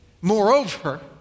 Moreover